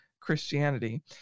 Christianity